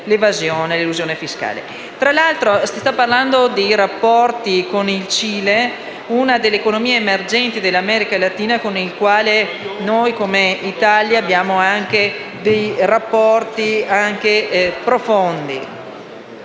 Tra l'altro, stiamo parlando di rapporti con il Cile, una delle economie emergenti dell'America latina con cui l'Italia ha anche rapporti profondi.